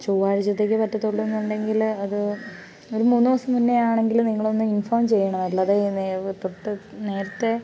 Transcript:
ചൊവ്വാഴ്ച്ചത്തേക്ക് പറ്റത്തുള്ളൂ എന്നുണ്ടെങ്കിൽ അത് ഒരു മൂന്നു ദിവസം മുന്നേ ആണെങ്കിൽ നിങ്ങൾ ഒന്ന് ഇൻഫോം ചെയ്യണമല്ലോ അത് നേരം തൊട്ട് നേരത്തെ